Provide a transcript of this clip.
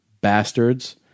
bastards